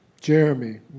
Jeremy